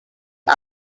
his